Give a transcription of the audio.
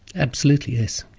absolutely, yes.